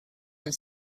and